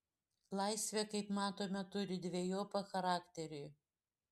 laisvė kaip matome turi dvejopą charakterį